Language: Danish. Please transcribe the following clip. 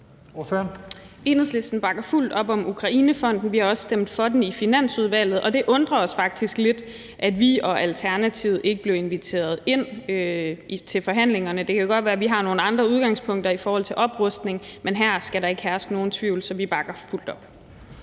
Enhedslisten bakker fuldt op om Ukrainefonden, og vi har også stemt for den i Finansudvalget. Og det undrer os faktisk lidt, at vi og Alternativet ikke blev inviteret ind til forhandlingerne. Det kan godt være, at vi har nogle andre udgangspunkter i forhold til oprustning, men her skal der ikke herske nogen tvivl: Vi bakker fuldt op